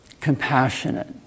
Compassionate